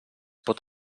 pot